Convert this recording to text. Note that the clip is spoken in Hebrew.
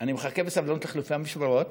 אני מחכה בסבלנות לחילופי המשמרות.